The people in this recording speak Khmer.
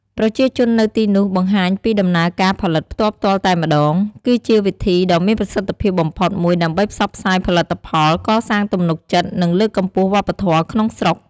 ប្រជាជននៅទីនោះបង្ហាញពីដំណើរការផលិតផ្ទាល់ៗតែម្ដង គឺជាវិធីដ៏មានប្រសិទ្ធភាពបំផុតមួយដើម្បីផ្សព្វផ្សាយផលិតផល កសាងទំនុកចិត្ត និងលើកកម្ពស់វប្បធម៌ក្នុងស្រុក។